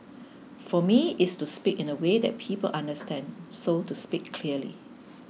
for me it's to speak in a way that people understand so to speak clearly